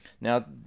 Now